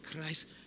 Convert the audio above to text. Christ